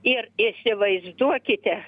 ir įsivaizduokite